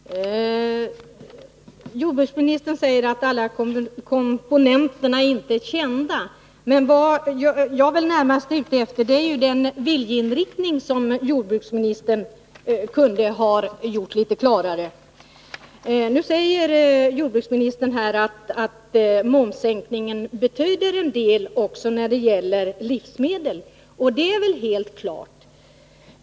Herr talman! Jordbruksministern säger att alla komponenter inte är kända, men vad jag närmast är ute efter är en klarare viljeinriktning från jordbruksministern. Momssänkningen betyder en del också för livsmedel. säger jordbruksministern. Det är helt klart.